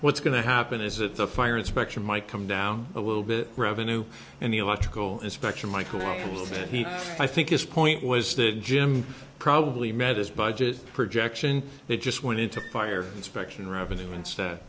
what's going to happen is that the fire inspection might come down a little bit revenue and the electrical inspection michael i think his point was that jim probably met this budget projection they just went into fire inspection revenue instead